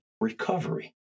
recovery